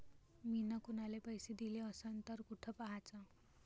मिन कुनाले पैसे दिले असन तर कुठ पाहाचं?